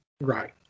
Right